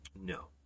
No